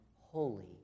holy